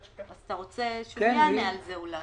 אתה רוצה אולי שהוא יענה על זה.